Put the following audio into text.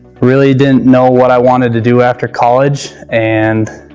really didn't know what i wanted to do after college and